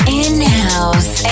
in-house